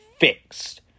fixed